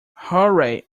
hooray